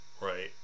right